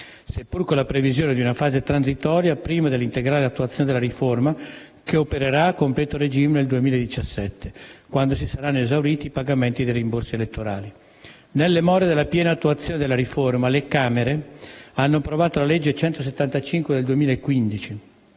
seppure con la previsione di una fase transitoria prima dell'integrale attuazione della riforma, che opererà a completo regime nel 2017 (quando si saranno esauriti i pagamenti dei rimborsi elettorali). Nelle more della piena attuazione della riforma, le Camere hanno approvato la legge n. 175 del 2015